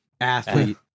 Athlete